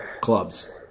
clubs